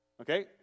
Okay